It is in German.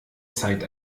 zeit